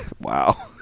Wow